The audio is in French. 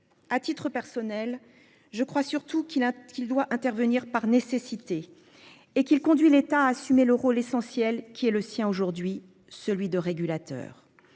À titre personnel, je crois surtout qu'il a qu'il doit intervenir par nécessité et qui le conduit l'État à assumer le rôle essentiel qui est le sien aujourd'hui celui de régulateur.